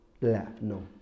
No